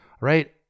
right